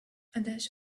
dash